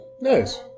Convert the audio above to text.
Nice